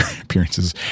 appearances